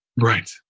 Right